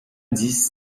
this